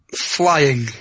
flying